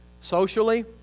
Socially